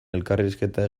elkarrizketa